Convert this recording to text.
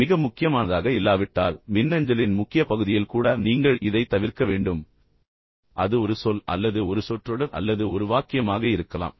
மிக முக்கியமானதாக இல்லாவிட்டால் மின்னஞ்சலின் முக்கிய பகுதியில் கூட நீங்கள் இதை தவிர்க்க வேண்டும் அந்த விஷயத்தில் கூட அது ஒரு சொல் அல்லது ஒரு சொற்றொடர் அல்லது ஒரு வாக்கியமாக இருக்கலாம்